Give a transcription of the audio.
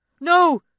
no